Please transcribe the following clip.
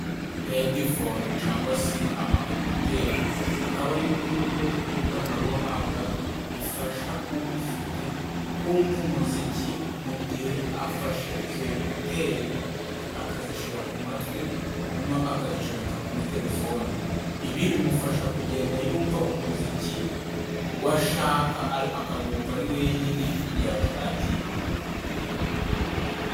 Hedifone cangwa se ama ekuteri akaba ari bimwe mu bikoresho by'ikoranabuhanga, bifasha ubifite kumva umuziki mu gihe afashe izo ekuteri, akazishira ku matwi noneho akazicomeka kuri telefone. Ibi bimufasha kugenda yumva umuziki w'ashaka akagumva ari wenyine igihe ashakiye.